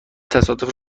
تصادف